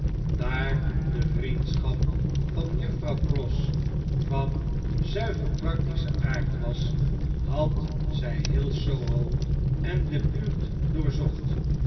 daar de vriendschap van juffrouw pross van zuiver practischen aard was had zij heel s h en de buurt doorzocht